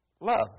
love